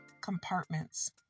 compartments